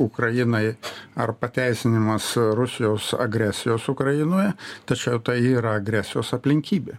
ukrainai ar pateisinimas rusijos agresijos ukrainoje tačiau tai yra agresijos aplinkybė